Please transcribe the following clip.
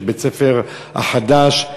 יש בית-הספר החדש,